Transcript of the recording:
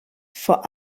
vor